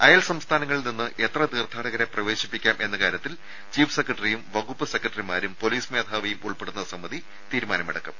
അയൽ സംസ്ഥാനങ്ങളിൽ നിന്ന് എത്ര തീർത്ഥാടകരെ പ്രവേശിപ്പിക്കാം എന്ന കാര്യത്തിൽ ചീഫ് സെക്രട്ടറിയും വകുപ്പ് സെക്രട്ടറിമാരും പൊലീസ് മേധാവിയും ഉൾപ്പെടുന്ന സമിതി തീരുമാനമെടുക്കും